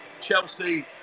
Chelsea